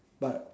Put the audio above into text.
but